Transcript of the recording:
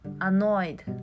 Annoyed